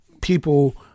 People